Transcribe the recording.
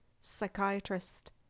psychiatrist